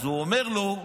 אז הוא אמר לו: